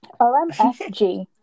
OMFG